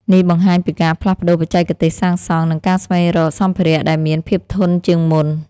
នេះបង្ហាញពីការផ្លាស់ប្តូរបច្ចេកទេសសាងសង់ និងការស្វែងរកសម្ភារៈដែលមានភាពធន់ជាងមុន។